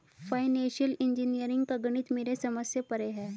financial engineering का गणित मेरे समझ से परे है